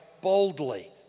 boldly